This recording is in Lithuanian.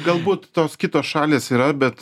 galbūt tos kitos šalys yra bet